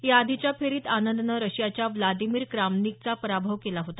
या आधीच्या फेरीत आनंदनं रशियाच्या व्लादिमीर क्रामनिकचा पराभव केला होता